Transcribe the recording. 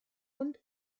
und